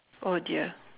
oh dear